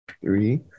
three